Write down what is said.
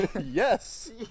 Yes